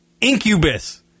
Incubus